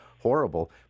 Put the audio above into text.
horrible